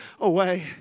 away